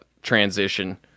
Transition